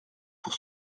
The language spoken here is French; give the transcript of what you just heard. pour